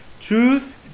Truth